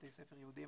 בתי ספר יהודיים,